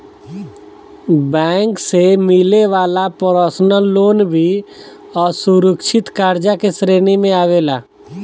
bank से मिले वाला पर्सनल लोन भी असुरक्षित कर्जा के श्रेणी में आवेला